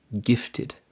Gifted